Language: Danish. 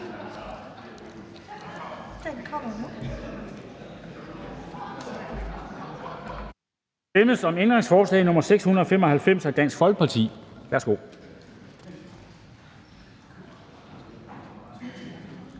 Det kommer til